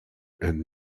and